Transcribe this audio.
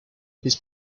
his